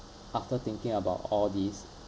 after thinking about all these